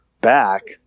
back –